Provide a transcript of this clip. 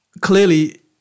clearly